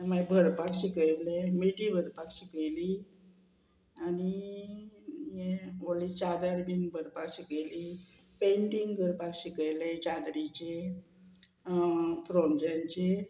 मागीर भरपाक शिकयलें मिटी भरपाक शिकयली आनी हे व्हडली चादर बीन भरपाक शिकयली पेंटींग करपाक शिकयले चादरीचे फ्रोंजांचे